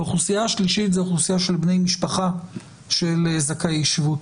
האוכלוסייה השלישית זו אוכלוסייה של בני משפחה של זכאי שבות.